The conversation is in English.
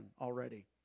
already